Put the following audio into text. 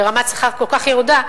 ברמת שכר כל כך ירודה,